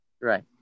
Right